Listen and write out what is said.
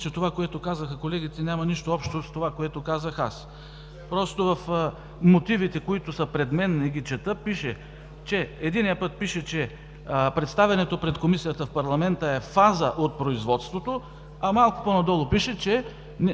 че това, което казаха колегите, няма нищо общо с това, което казах аз. В мотивите, които са пред мен, не ги чета, пише, единия път че представянето пред Комисията в парламента е фаза от производството, а малко по-надолу пише, че